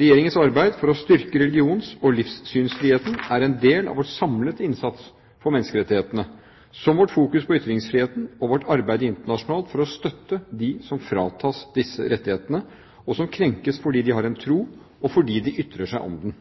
Regjeringens arbeid for å styrke religions- og livssynsfriheten er en del av vår samlede innsats for menneskerettighetene, som vår fokusering på ytringsfriheten og vårt arbeid internasjonalt for å støtte dem som fratas disse rettighetene, og som krenkes fordi de har en tro, og fordi de ytrer seg om den.